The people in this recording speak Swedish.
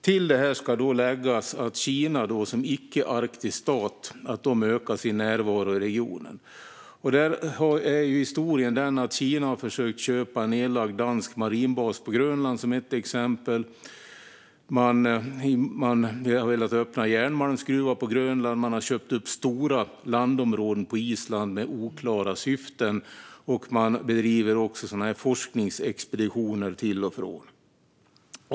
Till detta ska läggas att Kina som icke-Arktisstat ökar sin närvaro i regionen. Ett exempel är att Kina har försökt köpa en nedlagd dansk marinbas på Grönland. Man har också velat öppna en järnmalmsgruva på Grönland, man har köpt upp stora landområden på Island med oklara syften och man bedriver forskningsexpeditioner till och från.